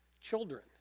children